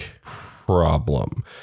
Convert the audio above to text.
problem